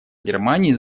германии